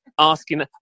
asking